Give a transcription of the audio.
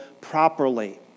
properly